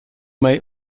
may